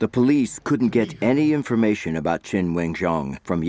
the police couldn't get any information about channeling jong from